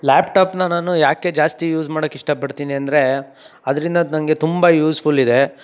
ಲ್ಯಾಪ್ಟಾಪನ್ನ ನಾನು ಯಾಕೆ ಜಾಸ್ತಿ ಯೂಸ್ ಮಾಡಕ್ಕೆ ಇಷ್ಟಪಡ್ತಿನಿ ಅಂದರೆ ಅದರಿಂದ ನನಗೆ ತುಂಬ ಯೂಸ್ಫುಲ್ ಇದೆ